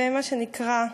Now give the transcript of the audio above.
ומה שנקרא,